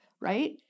right